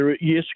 Yes